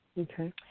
Okay